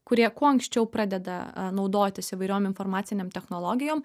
kurie kuo anksčiau pradeda naudotis įvairiom informacinėm technologijom